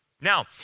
now